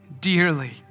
Dearly